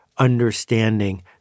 understanding